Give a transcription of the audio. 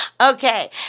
Okay